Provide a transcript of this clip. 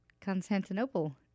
Constantinople